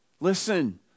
listen